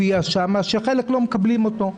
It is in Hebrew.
שחלק לא מקבלים אותו.